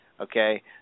okay